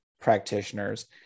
practitioners